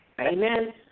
Amen